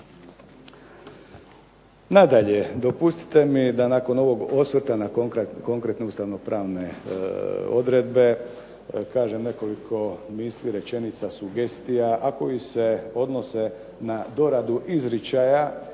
Nadalje, dopustite mi da nakon ovog osvrta na konkretne ustavno pravne odredbe kažem nekoliko misli, rečenica, sugestija, a koji se odnose na doradu izričaja